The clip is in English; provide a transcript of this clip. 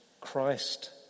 Christ